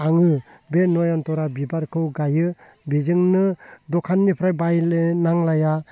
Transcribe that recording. आङो बे नयनतरा बिबारखौ गायो बेजोंनो दखाननिफ्राय बायनो नांलाया